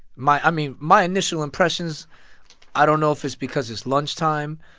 my i mean, my initial impressions i don't know if it's because it's lunchtime,